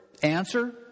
Answer